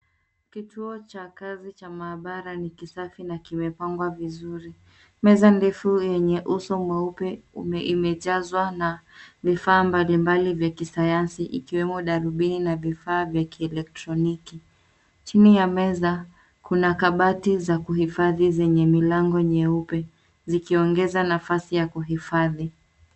Kituo cha kazi cha maabara ni kisafi na kimepangwa vizuri. Meza ndefu yenye uso mweupe, imejazwa na vifaa mbali mbali vya kisayansi ,ikiwemo darubini na vifaa vya kielektroniki. Chini ya meza kuna kabati za kuhifadhi zenye milango nyeupe, zikiongeza nafasi ya kuhifadhi.